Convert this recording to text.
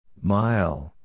Mile